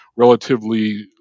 relatively